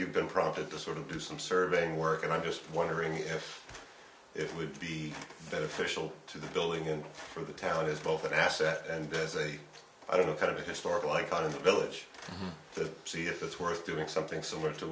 you've been prompted to sort of do some surveying work and i'm just wondering if it would be beneficial to the building and for the town as both an asset and as a i don't know kind of a historical icon village to see if it's worth doing something similar to